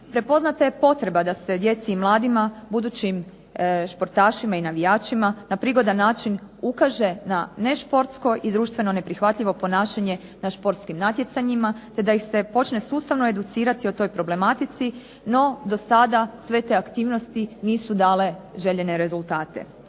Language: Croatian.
prepoznata je potreba da se djeci i mladima, budućim športašima i navijačima na prigodan način ukaže na nešportsko i društveno neprihvatljivo ponašanje na športskim natjecanjima te da ih se počne sustavno educirati o toj problematici. No do sada sve te aktivnosti nisu dale željene rezultate.